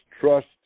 trust